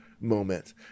moment